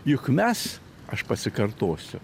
juk mes aš pasikartosiu